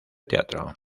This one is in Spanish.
teatro